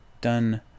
done